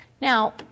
Now